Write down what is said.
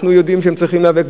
אנחנו יודעים שהם צריכים להיאבק.